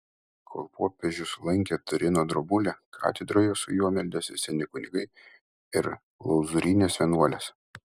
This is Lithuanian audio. kol popiežius lankė turino drobulę katedroje su juo meldėsi seni kunigai ir klauzūrinės vienuolės